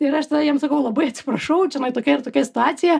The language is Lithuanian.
ir aš tada jiem sakau labai atsiprašau čionai tokia ir tokia situacija